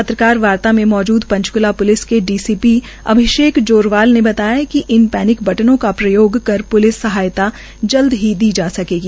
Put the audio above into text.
पत्रकार वार्ता में मौजूद पंचकूला प्लिस के डीसीपी अभिषेक जोरवाल ने बताया कि इन पेनिक बटनों का प्रयोग कर प्लिस सहायता जल्द दी जा सकेगी